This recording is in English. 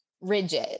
rigid